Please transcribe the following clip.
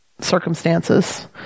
circumstances